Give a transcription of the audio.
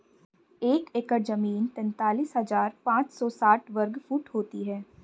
एक एकड़ जमीन तैंतालीस हजार पांच सौ साठ वर्ग फुट होती है